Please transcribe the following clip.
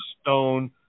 Stone